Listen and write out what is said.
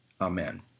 amen